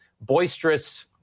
boisterous